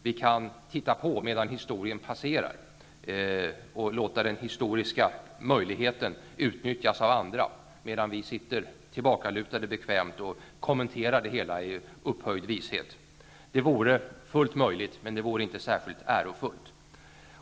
Vi kan titta på medan historien passerar och låta den historiska möjligheten utnyttjas av andra, medan vi sitter bekvämt tillbakalutade och kommenterar det hela i upphöjd vishet. Det vore fullt möjligt, men det vore inte särskilt ärofullt.